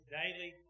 daily